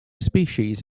species